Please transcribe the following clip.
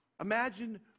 imagine